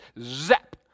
zap